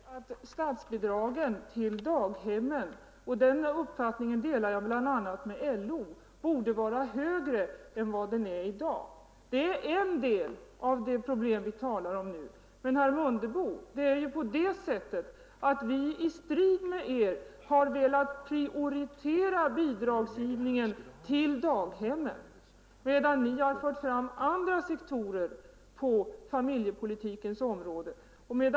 Herr talman! Jag anser att statsbidragen till daghemmen — och den uppfattningen delar jag bl.a. med LO — borde vara högre än de är i dag. Detta är en del av det problem vi talar om nu. Men, herr Mundebo, det är ju på det sättet att vi i strid med er har velat prioritera bidragsgivningen till daghemmen, medan ni har fört fram andra sektorer på familjepolitikens område.